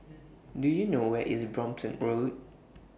Do YOU know Where IS Brompton Road